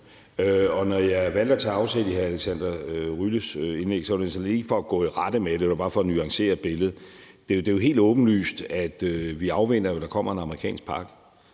Og når jeg valgte at tage afsæt i hr. Alexander Ryles indlæg, var det såmænd ikke for at gå i rette med det; det var bare for at nuancere billedet. Det er jo helt åbenlyst, at vi afventer, at der kommer en amerikansk pakke,